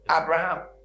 Abraham